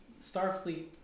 Starfleet